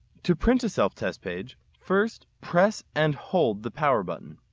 to print a self test page first press and hold the power button.